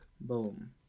Boom